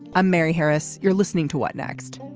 i'm mary harris. you're listening to what next.